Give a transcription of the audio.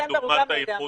כדוגמת האיחוד האירופי.